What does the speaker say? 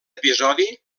episodi